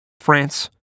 France